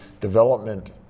development